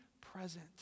present